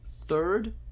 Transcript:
third